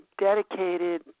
dedicated